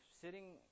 sitting